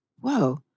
whoa